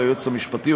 או ליועץ המשפטי,